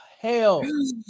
Hell